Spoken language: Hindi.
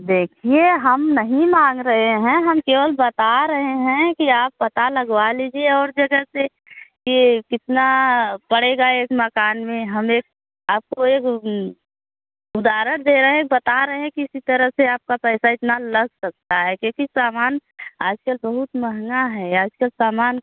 देखिए हम नहीं माँग रहे हैं हम केवल बता रहे हैं कि आप पता लगवा लीजिए और जगह से कि कितना पड़ेगा एक मकान में हमें आपको एक ओ उदाहरण दे रहे हैं बता रहे हैं किसी तरह से आपका पैसा इतना लग सकता है क्योंकि सामान आजकल बहुत महँगा है आजकल सामान